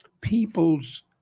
people's